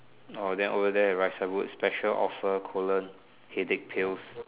oh then over there it writes some wood special offer colon headache pills